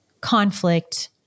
conflict